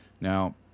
Now